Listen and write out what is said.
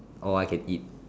all I can eat